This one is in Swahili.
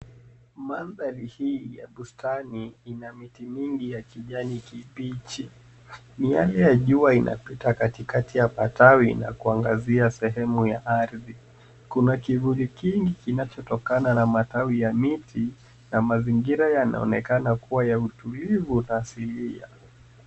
Mandhari hii ya bustani ina miti mingi ya kijani kibichi miale ya jua inapita katikati ya matawi na kuangazia sehemu ya ardhi kuna kivuli kingi kinacho tokana na matawi ya miti na mazingira yanaonekana kuwa ya utulivu na asili